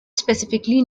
specifically